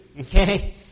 Okay